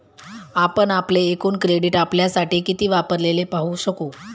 आपण आपले एकूण क्रेडिट आपल्यासाठी किती वापरलेले पाहू शकते